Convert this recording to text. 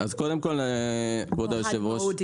אז קודם כל, כבוד היושב ראש,